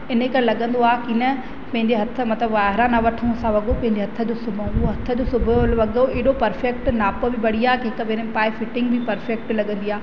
इन करे लॻंदो आहे की न पंहिंजे हथ मता ॿाहिरां न वठूं असां वॻो पंहिंजे हथ जो सुबऊं उहो हथ जो सुबियलु वॻो एॾो परफेक्ट नाप बि बढ़िया हिकु भेरे में पाए फिटिंग बि परफेक्ट लॻंदी आहे